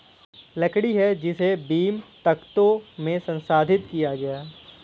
लकड़ी है जिसे बीम, तख्तों में संसाधित किया गया है